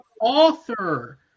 author